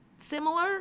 Similar